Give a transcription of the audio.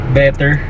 better